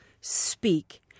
speak